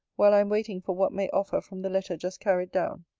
while i am waiting for what may offer from the letter just carried down.